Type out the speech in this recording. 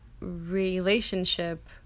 relationship